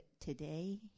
today